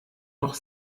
noch